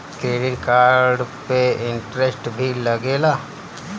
Credit card पे interest भी लागेला?